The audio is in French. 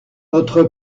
notre